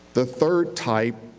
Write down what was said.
the third type,